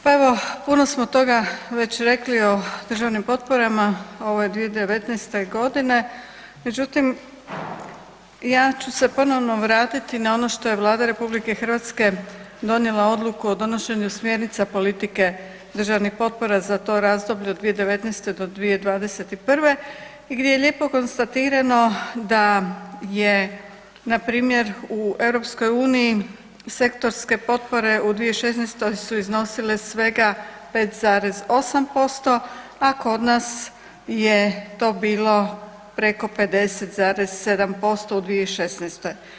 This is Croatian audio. Pa evo, puno smo toga već rekli o državnim potporama ove 2019.g., međutim ja ću se ponovno vratiti na ono što je Vlada RH donijela odluku o donošenju smjernica politike državnih potpora za to razdoblje od 2019. do 2021. gdje je lijepo konstatirano da je npr. u EU sektorske potpore u 2016. su iznosile svega 5,8%, a kod nas je to bilo preko 50,7% u 2016.